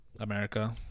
America